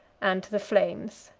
and to the flames.